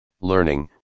learning